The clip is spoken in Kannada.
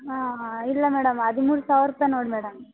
ಹಾಂ ಹಾಂ ಇಲ್ಲ ಮೇಡಮ್ ಹದಿಮೂರು ಸಾವಿರ ರುಪಾಯಿ ನೋಡಿ ಮೇಡಮ್